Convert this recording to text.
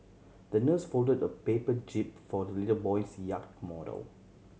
the nurse folded a paper jib for the little boy's yacht model